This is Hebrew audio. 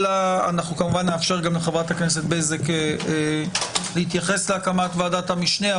נאפשר גם לחברת הכנסת בזק להתייחס לוועדת המשנה.